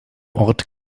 ort